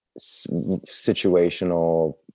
situational